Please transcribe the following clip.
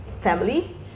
family